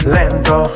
Lento